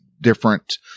different